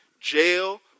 Jail